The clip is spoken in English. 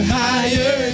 higher